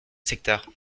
secteur